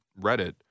Reddit